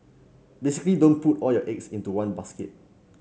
basically don't put all your eggs into one basket